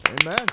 Amen